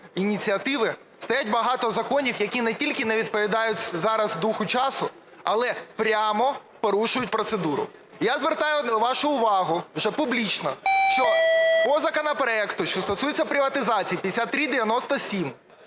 ініціативи, стоїть багато законів, які не тільки не відповідають зараз духу часу, але прямо порушують процедуру. Я звертаю вашу увагу вже публічно, що по законопроекту, що стосується приватизації, 5397